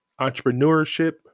entrepreneurship